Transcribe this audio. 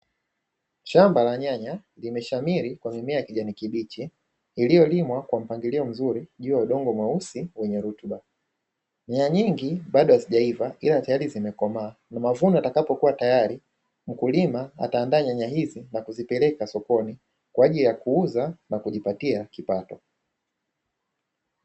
Shamba la nyanya limeshamiri kwa mimea ya kijani kibichi iiyolimwa kwa mpangilio mzuri juu ya udongo mweusi wenye rutuba. Nyanya nyingi bado hazijaiva ila tayari zimekomaa na mavuno yatakapokuwa tayari, mkulima ataandaa nyanya hizo na kuzipeleka sokoni kwa ajili ya kuuza na kujipatia kipato.